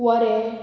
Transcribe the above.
वरें